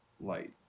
light